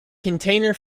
container